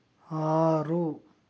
ಆರು